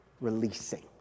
releasing